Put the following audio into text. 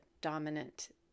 dominant